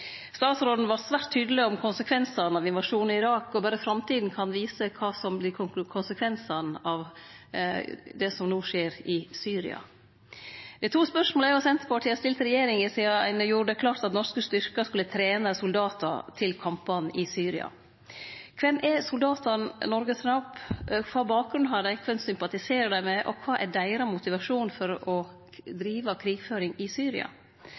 Statsråden var svært tydeleg om konsekvensane av invasjonen i Irak. Berre framtida kan vise kva som vert konsekvensane av det som no skjer i Syria. Det er to spørsmål eg og Senterpartiet har stilt regjeringa sidan ein gjorde det klart at norske styrkar skulle trene soldatar til kampane i Syria: Kven er soldatane Noreg trener opp? Kva bakgrunn har dei, kven sympatiserer dei med, og kva er deira motivasjon for å drive krigføring i Syria?